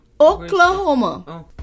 Oklahoma